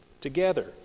together